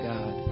God